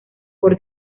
por